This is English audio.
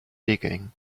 digging